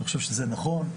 אני חושב שזה נכון,